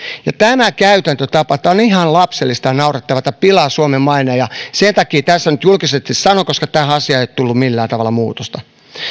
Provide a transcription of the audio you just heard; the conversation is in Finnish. tämä käytäntötapa on ihan lapsellista ja naurettavaa tämä pilaa suomen maineen ja sen takia tässä nyt julkisesti sanon koska tähän asiaan ei ole tullut millään tavalla muutosta